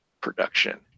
production